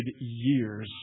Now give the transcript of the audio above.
years